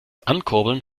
ankurbeln